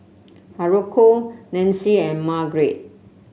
Haruko Nancy and Margrett